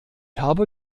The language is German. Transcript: habe